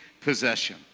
possession